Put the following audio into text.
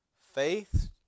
Faith